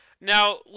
Now